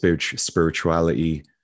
spirituality